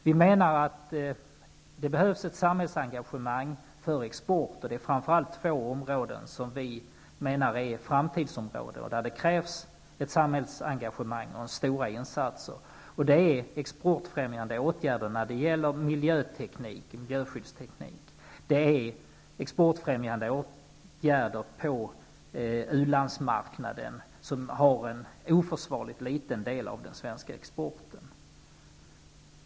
Vi menar att det behövs ett samhällsengagemang för expert, framför allt på två områden som vi menar är framtidsområden och där det krävs stora insatser, och det är exportfrämjande åtgärder när det gäller miljöteknik och exportfrämjande på ulandsmarknaden, som omfattar en oförsvarligt liten del av den svenska exporten.